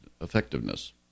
effectiveness